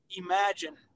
imagine